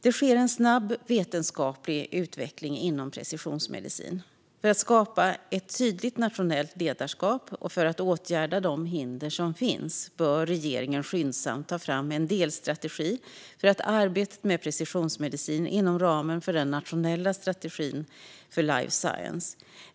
Det sker en snabb vetenskaplig utveckling inom precisionsmedicin. För att skapa ett tydligt nationellt ledarskap och för att åtgärda de hinder som finns bör regeringen skyndsamt ta fram en delstrategi för arbetet med precisionsmedicin inom ramen för den nationella strategin för life science.